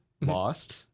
lost